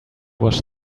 wash